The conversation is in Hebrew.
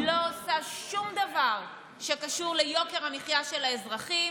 לא עושה שום דבר שקשור ליוקר המחיה של האזרחים